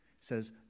says